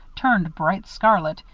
turned bright scarlet,